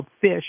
fish